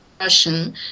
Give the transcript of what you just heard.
Russian